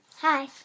Hi